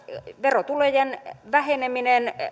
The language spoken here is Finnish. verotulojen väheneminen